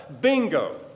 Bingo